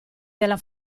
della